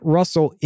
Russell